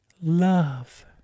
love